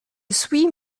suis